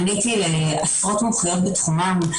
פניתי לעשרות מומחיות בתחומן,